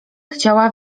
chciała